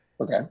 Okay